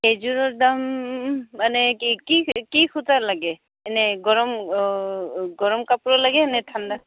সেইযোৰৰ দাম মানে কি কি কি সূতাৰ লাগে এনেই গৰম অঁ গৰম কাপোৰৰ লাগেনে ঠাণ্ডা